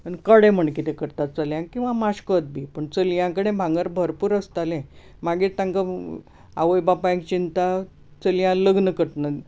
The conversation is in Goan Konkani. कडे म्हूण कितें करतात चल्यांक किवां माश्कोत बी पूण चलयां कडेन भांगर भरपूर आसतालें मागीर तांकां आवय बापायक चिंता चलयांक लग्न करतना